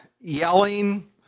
yelling